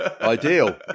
Ideal